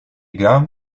graham